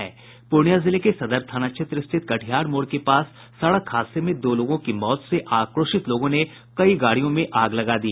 पूर्णिया जिले के सदर थाना क्षेत्र स्थित कटिहार मोड़ के पास सड़क हादसे में दो लोगों की मौत से आक्रोशित लोगों ने कई गाड़ियों में आग लगा दी